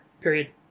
period